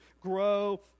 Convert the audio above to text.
grow